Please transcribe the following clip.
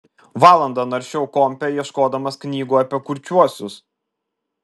valandą naršiau kompe ieškodamas knygų apie kurčiuosius